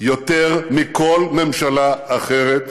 יותר מכל ממשלה אחרת,